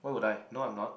why would I no I'm not